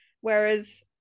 Whereas